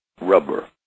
rubber